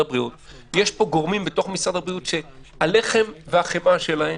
יש פה גורמים בתוך משרד הבריאות שהלחם והחמאה שלהם